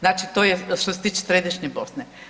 Znači to je što se tiče središnje Bosne.